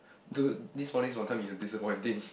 dude this morning's Wanton-Mee was disappointing